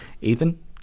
Ethan